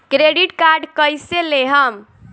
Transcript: Credit card कईसे लेहम?